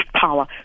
power